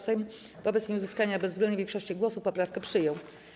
Sejm wobec nieuzyskania bezwzględnej większości głosów poprawkę przyjął.